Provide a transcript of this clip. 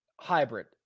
Hybrid